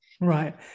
Right